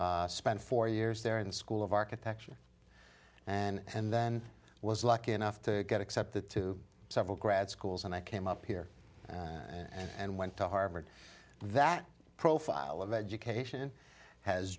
spent four years there in the school of architecture and then i was lucky enough to get accepted to several grad schools and i came up here and went to harvard that profile of education has